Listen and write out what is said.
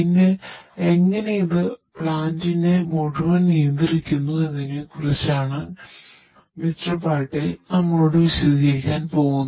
പിന്നെ എങ്ങനെ ഇത് ഈ പ്ലാന്റിനെ മുഴുവൻ നിയന്ത്രിക്കുന്നു എന്നതിനെക്കുറിച്ചൊക്കെയാണ് മിസ്റ്റർ പട്ടേൽ നമ്മോട് വിശദീകരിക്കാൻ പോകുന്നത്